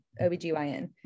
OBGYN